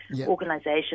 organisation